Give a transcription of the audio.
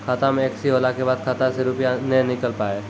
खाता मे एकशी होला के बाद खाता से रुपिया ने निकल पाए?